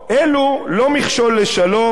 אלו לא מכשול לשלום.